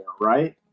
right